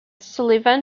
sullivan